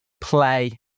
play